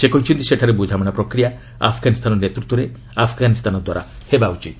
ସେ କହିଛନ୍ତି ସେଠାରେ ବୁଝାମଣା ପ୍ରକ୍ରିୟା ଆଫ୍ଗାନିସ୍ତାନ ନେତୃତ୍ୱରେ ଆଫ୍ଗାନିସ୍ତାନ ଦ୍ୱାରା ହେବା ଉଚିତ୍